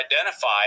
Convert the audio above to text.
identify